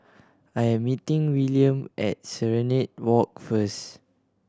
I am meeting Willaim at Serenade Walk first